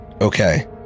Okay